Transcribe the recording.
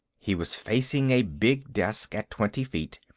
he was facing a big desk at twenty feet,